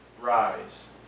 rise